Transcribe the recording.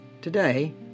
Today